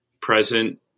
Present